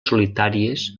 solitàries